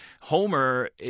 Homer